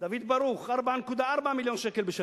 דוד ברוך, 4.4 מיליון שקל בשנה.